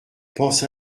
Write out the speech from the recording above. pense